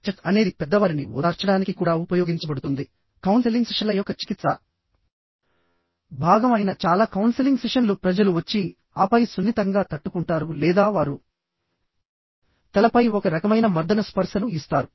touch అనేది పెద్దవారిని ఓదార్చడానికి కూడా ఉపయోగించబడుతుంది కౌన్సెలింగ్ సెషన్ల యొక్క చికిత్సా భాగం అయిన చాలా కౌన్సెలింగ్ సెషన్లు ప్రజలు వచ్చి ఆపై సున్నితంగా తట్టుకుంటారు లేదా వారు తలపై ఒక రకమైన మర్దన స్పర్శను ఇస్తారు